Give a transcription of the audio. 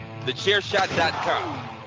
TheChairShot.com